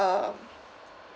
uh